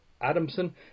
adamson